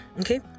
Okay